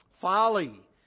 Folly